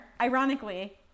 ironically